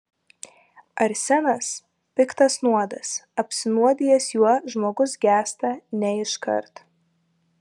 arsenas piktas nuodas apsinuodijęs juo žmogus gęsta ne iškart